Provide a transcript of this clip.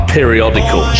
Periodical